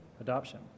adoption